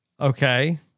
Okay